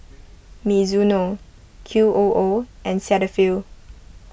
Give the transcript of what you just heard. Mizuno Q O O and Cetaphil